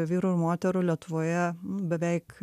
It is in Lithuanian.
vyrų ir moterų lietuvoje beveik